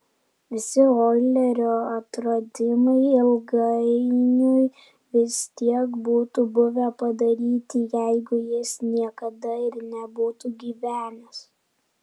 visi oilerio atradimai ilgainiui vis tiek būtų buvę padaryti jeigu jis niekada ir nebūtų gyvenęs